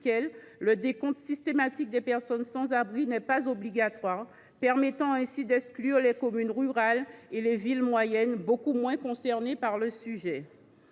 le décompte des personnes sans abri n’est pas obligatoire ; cela permettra d’exclure les communes rurales et les villes moyennes, beaucoup moins concernées par le sujet.